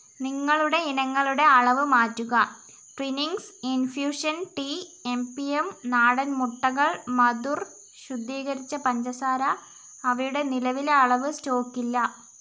നിങ്ങളുടെ ഇനങ്ങളുടെ അളവ് മാറ്റുക Twinings infusion tea M P M നാടൻ മുട്ടകൾ മധുർ ശുദ്ധീകരിച്ച പഞ്ചസാര അവയുടെ നിലവിലെ അളവ് സ്റ്റോക്കില്ല